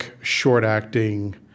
short-acting